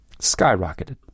skyrocketed